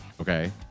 Okay